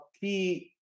key